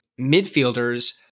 midfielders –